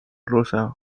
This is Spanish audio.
rosa